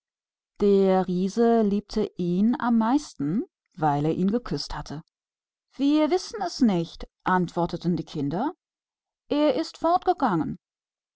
der riese liebte ihn am meisten weil der ihn geküßt hatte wir wissen's nicht antworteten die kinder er ist fortgegangen